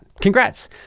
Congrats